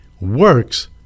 works